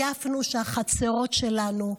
עלה אפילו שהחצרות שלנו,